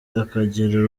akagira